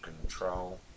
control